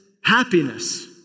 happiness